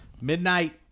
Midnight